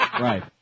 Right